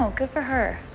so good for her.